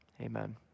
Amen